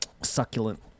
succulent